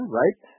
right